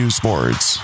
sports